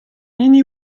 hini